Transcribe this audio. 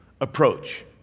approach